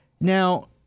Now